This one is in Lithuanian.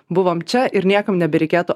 buvom čia ir niekam nebereikėtų